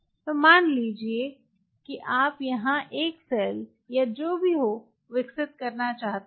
तो मन लीजिये कि आप यहाँ एक सेल या जो भी हो विकसित करना चाहते हैं